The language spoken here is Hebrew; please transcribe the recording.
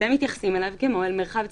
אתם מתייחסים אליו כמו אל מרחב ציבורי.